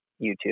YouTube